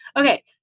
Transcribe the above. Okay